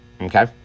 Okay